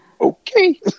Okay